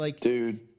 Dude